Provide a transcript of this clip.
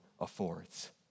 affords